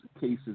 cases